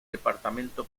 departamento